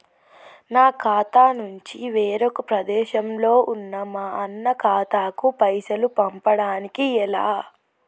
నా ఖాతా నుంచి వేరొక ప్రదేశంలో ఉన్న మా అన్న ఖాతాకు పైసలు పంపడానికి ఎలా?